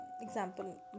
example